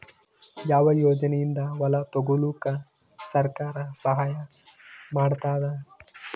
ಯಾವ ಯೋಜನೆಯಿಂದ ಹೊಲ ತೊಗೊಲುಕ ಸರ್ಕಾರ ಸಹಾಯ ಮಾಡತಾದ?